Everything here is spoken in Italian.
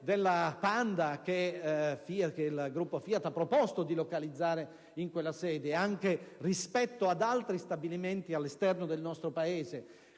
della Panda, che il gruppo FIAT ha proposto di localizzare in quella sede, anche rispetto ad altri stabilimenti all'esterno del nostro Paese;